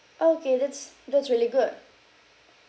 okay that's that's really good